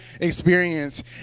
experience